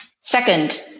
Second